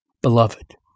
beloved